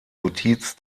notiz